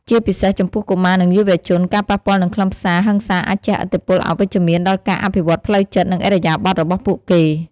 ជាពិសេស ចំពោះកុមារ និងយុវជន ការប៉ះពាល់នឹងខ្លឹមសារហិង្សាអាចជះឥទ្ធិពលអវិជ្ជមានដល់ការអភិវឌ្ឍផ្លូវចិត្ត និងឥរិយាបថរបស់ពួកគេ។